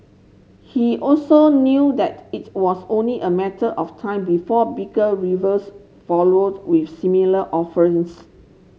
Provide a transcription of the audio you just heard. he also knew that it was only a matter of time before bigger followed with similar offerings